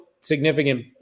significant